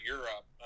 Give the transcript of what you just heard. Europe